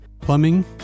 Plumbing